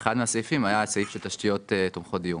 אחד הסעיפים היה סעיף של תשתיות תומכות דיור.